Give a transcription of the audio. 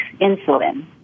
insulin